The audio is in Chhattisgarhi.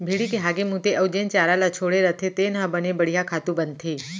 भेड़ी के हागे मूते अउ जेन चारा ल छोड़े रथें तेन ह बने बड़िहा खातू बनथे